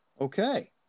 Okay